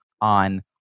on